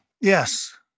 Yes